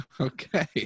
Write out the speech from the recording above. Okay